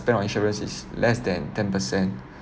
spend on insurance is less than ten percent